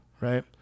Right